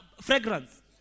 fragrance